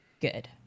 good